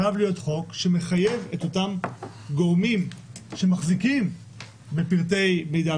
חייב להיות חוק שמחייב את אותם גורמים שמחזיקים בפרטי מידע,